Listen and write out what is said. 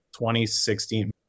2016